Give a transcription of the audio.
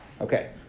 Okay